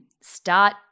start